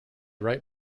write